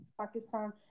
Pakistan